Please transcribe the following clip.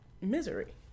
misery